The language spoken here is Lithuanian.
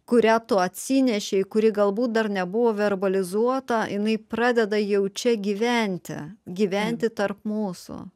kurią tu atsinešei kuri galbūt dar nebuvo verbalizuota jinai pradeda jau čia gyventi gyventi tarp mūsų